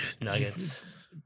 nuggets